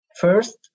First